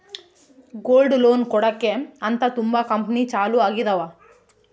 gold loan ಕೊಡಕ್ಕೆ ಅಂತ ತುಂಬಾ ಕಂಪೆನಿ ಚಾಲೂ ಆಗಿದಾವ